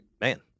man